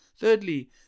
Thirdly